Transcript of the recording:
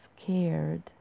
scared